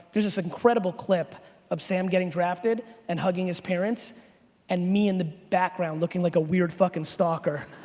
there's this incredible clip of sam getting drafted and hugging his parents and me in the background looking like a weird fucking stalker.